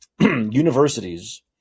Universities